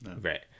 Right